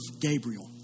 Gabriel